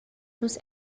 nus